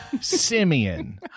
Simeon